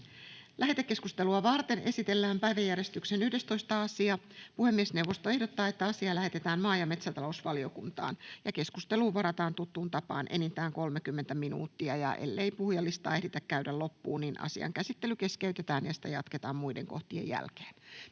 Lähetekeskustelua varten esitellään päiväjärjestyksen 11. asia. Puhemiesneuvosto ehdottaa, että asia lähetetään maa- ja metsätalousvaliokuntaan. Keskusteluun varataan tuttuun tapaan enintään 30 minuuttia. Ellei puhujalistaa ehditä käydä loppuun, asian käsittely keskeytetään ja sitä jatketaan muiden kohtien jälkeen.